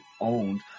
owned